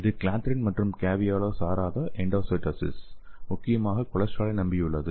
இந்த கிளாத்ரின் மற்றும் கேவியோலா சாராத எண்டோசைட்டோசிஸ் முக்கியமாக கொலஸ்டிராலை நம்பியுள்ளது